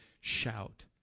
shout